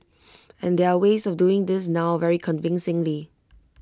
and there are ways of doing this now very convincingly